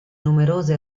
numerosi